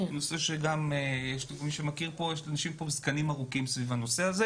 יש לאנשים פה זקנים ארוכים סביב הנושא.